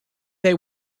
they